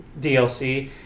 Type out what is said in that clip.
DLC